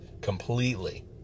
completely